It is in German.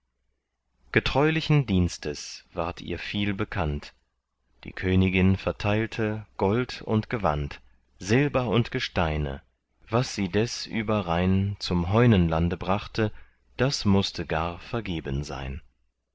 getreulichen dienstes ward ihr viel bekannt die königin verteilte gold und gewand silber und gesteine was sie des überrhein zum heunenlande brachte das mußte gar vergeben sein